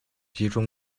集中